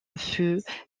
fut